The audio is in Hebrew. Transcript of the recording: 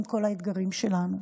עם כל האתגרים שלנו.